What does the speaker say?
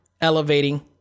elevating